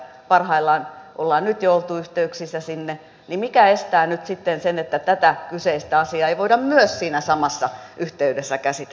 kun parhaillaan ollaan nyt jo oltu yhteyksissä sinne niin mikä estää nyt sitten sen että myös tätä kyseistä asiaa ei voida siinä samassa yhteydessä käsitellä